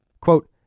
Quote